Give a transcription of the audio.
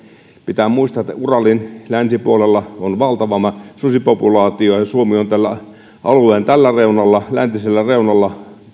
pitää muistaa että uralin länsipuolella on valtava susipopulaatio ja suomi on alueen tällä reunalla läntisellä reunalla